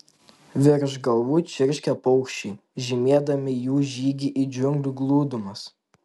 virš galvų čirškė paukščiai žymėdami jų žygį į džiunglių glūdumas